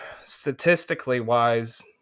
statistically-wise